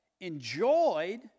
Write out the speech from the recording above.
enjoyed